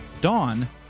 Dawn